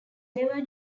never